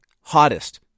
hottest